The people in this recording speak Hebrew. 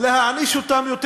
להעניש אותם יותר.